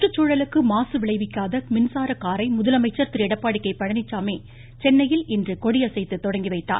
சுற்றுச்சூழலுக்கு மாசு விளைவிக்காத மின்சார காரை முதலமைச்சர் திரு எடப்பாடி கே பழனிச்சாமி சென்னையில் இன்று கொடியசைத்து தொடங்கி வைத்தார்